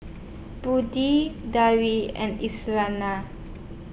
Budi Dara and